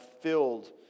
filled